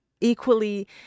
equally